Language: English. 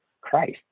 Christ